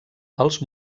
els